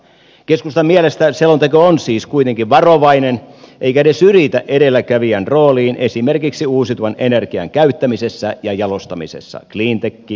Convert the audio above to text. keskustan mielestä selonteko on siis kuitenkin varovainen eikä edes yritä edelläkävijän rooliin esimerkiksi uusiutuvan energian käyttämisessä ja jalostamisessa cleantech mukaan lukien